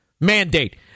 Mandate